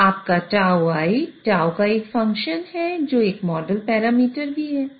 आपका τI τ का एक फ़ंक्शन है जो एक मॉडल पैरामीटर भी है